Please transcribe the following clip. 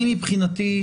מבחינתי,